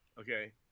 okay